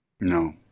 No